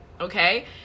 okay